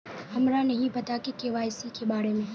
हमरा नहीं पता के.वाई.सी के बारे में?